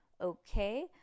Okay